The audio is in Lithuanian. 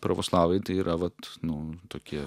pravoslavai tai yra vat nu tokie